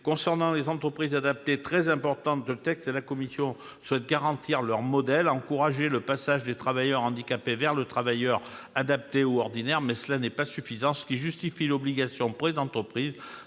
Concernant les entreprises adaptées, point très important, à travers son texte, la commission souhaite garantir leur modèle, encourager le passage des travailleurs handicapés vers le travail adapté ou ordinaire, mais cela n'est pas suffisant. Ce qui justifie l'obligation pour les entreprises